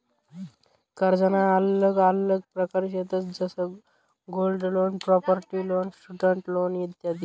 कर्जना आल्लग आल्लग प्रकार शेतंस जसं gold loan, property loan, student loan इत्यादी